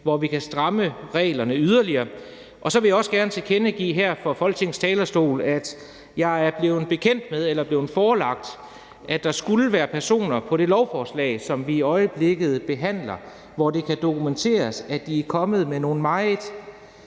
hvor vi kan stramme reglerne yderligere. Og så vil jeg også gerne tilkendegive her fra Folketingets talerstol, at jeg er blevet bekendt med eller er blevet forelagt, at der skulle være personer på det lovforslag, som vi i øjeblikket behandler, for hvem det kan dokumenteres, at de er kommet med nogle meget